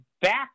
back